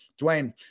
Dwayne